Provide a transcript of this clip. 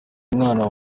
umwana